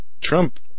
Trump